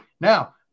Now